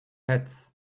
hats